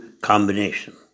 combination